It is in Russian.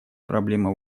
проблема